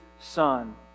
Son